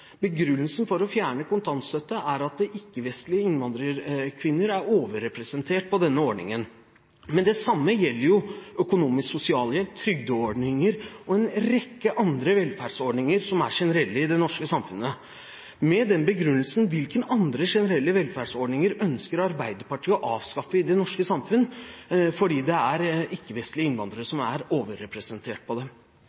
Begrunnelsen for å fjerne kontantstøtten er at ikke-vestlige innvandrerkvinner er overrepresentert på denne ordningen. Men det samme gjelder økonomisk sosialhjelp, trygdeordninger og en rekke andre velferdsordninger som er generelle i det norske samfunnet. Med denne begrunnelsen, hvilke andre generelle velferdsordninger ønsker Arbeiderpartiet å avskaffe i det norske samfunn, fordi det er ikke-vestlige innvandrere